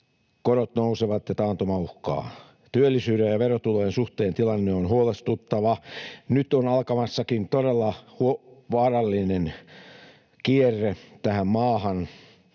korot nousevat ja taantuma uhkaa. Työllisyyden ja verotulojen suhteen tilanne on huolestuttava. Nyt onkin alkamassa todella vaarallinen kierre tähän maahan,